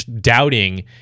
doubting